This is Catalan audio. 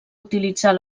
utilitzar